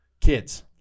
Kids